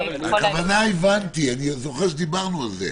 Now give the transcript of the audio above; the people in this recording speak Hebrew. את הכוונה הבנתי, אני זוכר שדיברנו על זה,